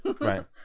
right